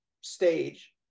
stage